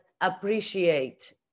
appreciate